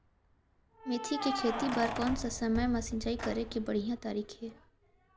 मेथी के खेती बार कोन सा समय मां सिंचाई करे के बढ़िया तारीक हे?